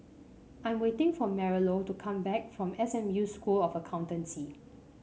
I'm waiting for Marilou to come back from S M U School of Accountancy